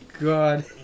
God